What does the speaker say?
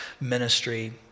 ministry